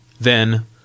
Then